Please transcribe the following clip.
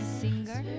singer